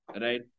right